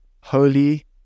holy